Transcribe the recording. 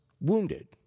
wounded